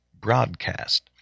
broadcast